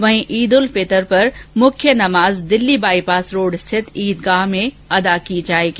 वहीं ईदुल फितर पर मुख्य नमाज दिल्ली बाइपास रोड स्थित ईदगाह पर अदा की जाएगी